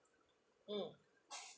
mm